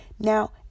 Now